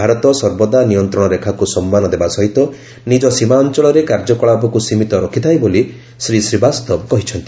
ଭାରତ ସର୍ବଦା ନିୟନ୍ତ୍ରଣ ରେଖାକ୍ ସମ୍ମାନ ଦେବା ସହିତ ନିଜ ସୀମା ଅଞ୍ଚଳରେ କାର୍ଯ୍ୟକଳାପକୁ ସୀମିତ ରଖିଥାଏ ବୋଲି ଶ୍ରୀ ଶ୍ରୀବାସ୍ତବ କହିଚ୍ଚନ୍ତି